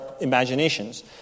imaginations